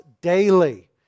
daily